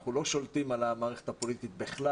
שאנחנו לא שולטים על המערכת הפוליטית בכלל